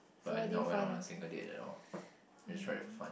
but I did not went on a single date at all just try it for fun